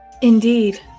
Indeed